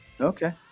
Okay